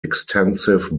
extensive